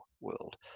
world